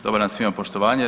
Dobar dan svima, poštovanje.